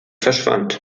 verschwand